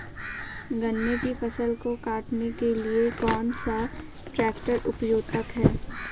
गन्ने की फसल को काटने के लिए कौन सा ट्रैक्टर उपयुक्त है?